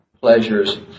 pleasures